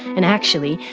and actually,